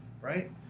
right